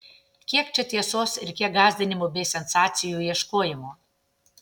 kiek čia tiesos ir kiek gąsdinimų bei sensacijų ieškojimo